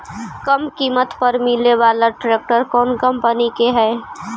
कम किमत पर मिले बाला ट्रैक्टर कौन कंपनी के है?